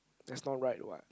that's not right what